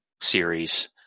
series